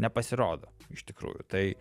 nepasirodo iš tikrųjų tai